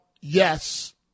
yes